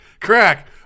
crack